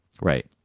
Right